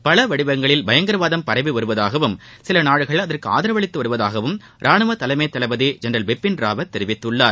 பல வடிவங்களாக பயங்கரவாதம் பரவி வருவதாகவும் சில நாடுகள் அதற்கு ஆதரவளித்து வருவதாகவும் ராணுவ தலைமை தளபதி ஜெனரல் பிபின் ராவத் தெரிவித்துள்ளார்